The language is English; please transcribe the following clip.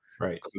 Right